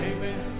Amen